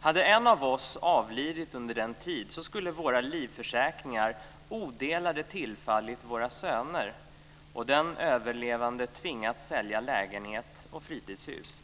Hade en av oss avlidit under den tiden skulle våra livförsäkringar odelade tillfallit våra söner, och den överlevande tvingats sälja lägenhet och fritidshus.